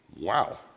Wow